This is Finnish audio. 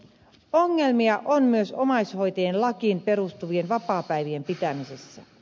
ongelmia on myös omais hoitajien lakiin perustuvien vapaapäivien pitämisessä